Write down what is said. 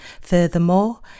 Furthermore